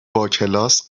باکلاس